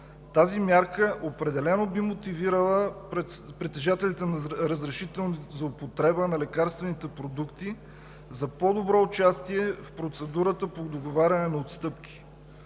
Тази мярка определено би мотивирала притежателите на разрешително за употреба на лекарствените продукти за по-добро участие в процедурата по договаряне на отстъпки.